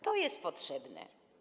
To jest potrzebne.